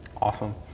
awesome